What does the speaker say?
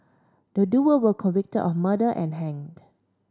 the duo were convicted of murder and hanged